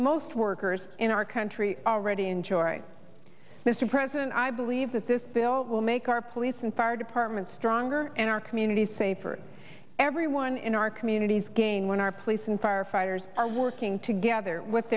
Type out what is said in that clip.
most workers in our country already enjoy mr president i believe that this bill will make our police and fire department stronger and our communities safer everyone in our communities gain when our police and firefighters are working together with